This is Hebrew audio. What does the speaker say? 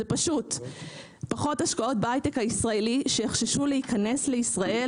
פחות השקעות בהיי-טק הישראלי שיחששו להיכנס לישראל,